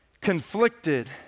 conflicted